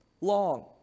long